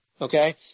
Okay